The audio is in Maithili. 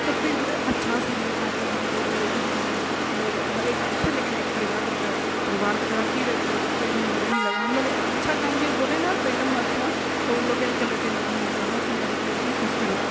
तऽ फिरभी तँ अच्छा से रहो ताकि हँ लोग बोलै की हँ ई लोग अलगे कास्ट है लेकिन एक परिवारके तरह परिवारके तरह की रहतै ओ लोक तऽ एकदम लड़ए ही लगै हमलोग अच्छा काम भी बोलै ने तऽ एकदम अच्छा तऽ ओ लोकके चलिते लगै हमेशा हमेशा लड़ैके लेल एकदम सोचिते रहतौ